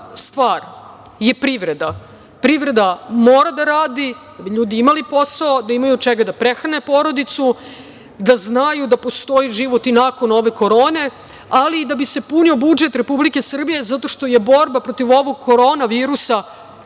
stvar je privreda. Privreda mora da radi, da bi ljudi imali posao, da imaju od čega da prehrane porodicu, da znaju da postoji život i nakon ove korone, ali i da bi se punio budžet Republike Srbije, zato što je borba protiv ovog korona virusa